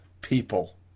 people